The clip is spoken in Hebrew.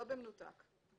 לא במנותק.